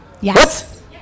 Yes